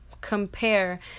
compare